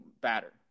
batter